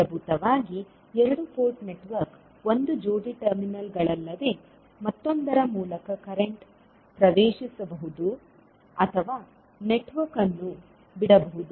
ಮೂಲಭೂತವಾಗಿ ಎರಡು port network ಒಂದು ಜೋಡಿ ಟರ್ಮಿನಲ್ಗಳಲ್ಲದೆ ಮತ್ತೊಂದರ ಮೂಲಕ ಕರೆಂಟ್ ಪ್ರವೇಶಿಸಬಹುದು ಅಥವಾ ನೆಟ್ವರ್ಕ್ ಅನ್ನು ಬಿಡಬಹುದು